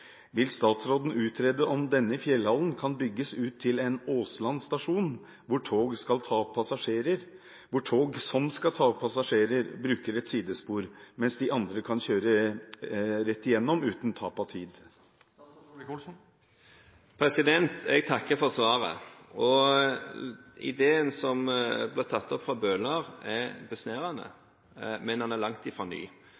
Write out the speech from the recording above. Vil statsråden utrede om denne fjellhallen kan bygges ut til en Åsland stasjon hvor tog som skal ta opp passasjerer, bruker et sidespor, mens de andre kan kjøre rett igjennom uten tap av tid?» Jeg takker for spørsmålet. Ideen som ble tatt opp fra Bøhler, er besnærende,